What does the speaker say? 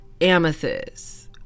amethyst